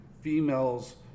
females